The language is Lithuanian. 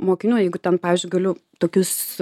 mokinių jeigu ten pavyzdžiui galiu tokius